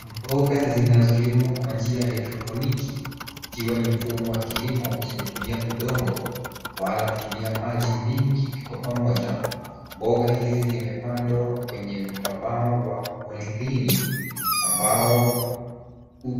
Mboga zinazolimwa kwa njia ya hydroponic , ikiwa ni mfumo wa kilimo usiotumia udongo, wala kutumia maji mingi kwa pamoja. Mboga hizi zimepandwa kwenye mtabaa wa polidhini, ambao